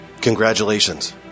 Congratulations